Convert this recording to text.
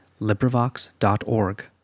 LibriVox.org